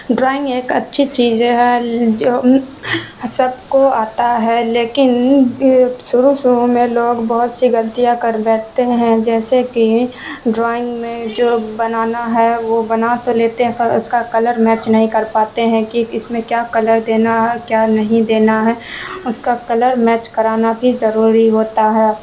drawing ایک اچھی چیز ہے جو سب کو آتا ہے لیکن شروع شروع میں لوگ بہت سی غلطیاں کر بیٹھتے ہیں جیسے کہ ڈرائنگ میں جو بنانا ہے وہ بنا تو لیتے ہیں پر اس کا کلر میچ نہیں کر پاتے ہیں کہ اس میں کیا کلر دینا ہے کیا نہیں دینا ہے اس کا کلر میچ کرانا بھی ضروری ہوتا ہے